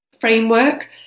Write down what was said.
framework